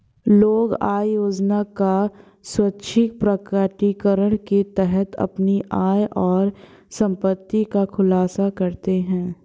लोग आय योजना का स्वैच्छिक प्रकटीकरण के तहत अपनी आय और संपत्ति का खुलासा करते है